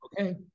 okay